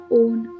own